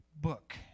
book